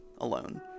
alone